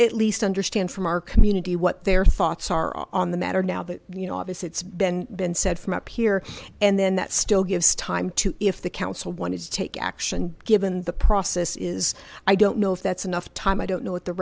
at least understand from our community what their thoughts are on the matter now that you know obvious it's been been said from up here and then that still gives time to if the council want to take action given the process is i don't know if that's enough time i don't know what the